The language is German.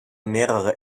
mehrere